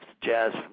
jazz